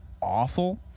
awful